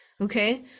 Okay